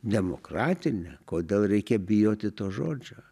demokratine kodėl reikia bijoti to žodžio